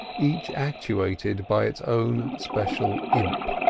each actuated by its own special imp.